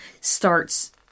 starts